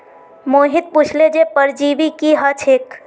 मोहित पुछले जे परजीवी की ह छेक